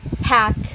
pack